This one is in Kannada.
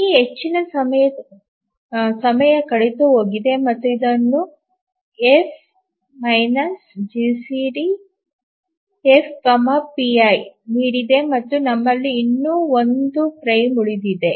ಈ ಹೆಚ್ಚಿನ ಸಮಯ ಕಳೆದುಹೋಗಿದೆ ಮತ್ತು ಇದನ್ನು F GCD F pi F GCDF pi ನೀಡಿದೆ ಮತ್ತು ನಮ್ಮಲ್ಲಿ ಇನ್ನೂ ಒಂದು ಫ್ರೇಮ್ ಉಳಿದಿದೆ